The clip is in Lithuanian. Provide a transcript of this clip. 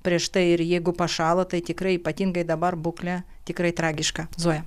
prieš tai ir jeigu pašąla tai tikrai ypatingai dabar būklė tikrai tragiška zoja